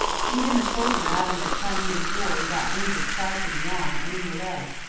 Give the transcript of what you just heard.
he'd been a soldier out in the crimean war and got wounded twice in the arm and in the leg,